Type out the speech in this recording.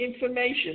information